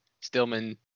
Stillman